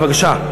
בבקשה.